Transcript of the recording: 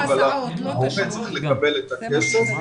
ההורה צריך לקבל את הכסף,